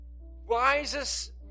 wisest